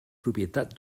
propietat